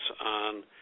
on